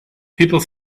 people